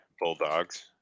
Bulldogs